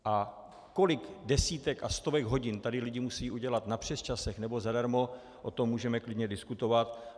A kolik desítek a stovek hodin tady lidé musejí udělat na přesčasech nebo zadarmo, o tom můžeme klidně diskutovat.